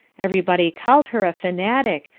everybody called her a fanatic,